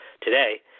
today